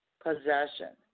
possession